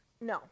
No